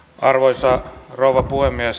arvoisa rouva puhemies